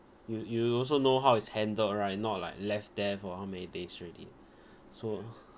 you you also know how it's handled right not like left there for how many days already so